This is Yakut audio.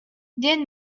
диэн